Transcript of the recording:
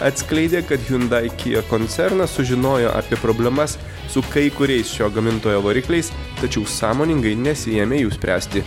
atskleidė kad hiundai kija koncernas sužinojo apie problemas su kai kuriais šio gamintojo varikliais tačiau sąmoningai nesiėmė jų spręsti